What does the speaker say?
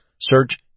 Search